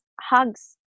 hugs